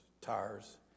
tires